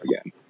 again